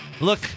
Look